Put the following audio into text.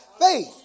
faith